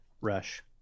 Rush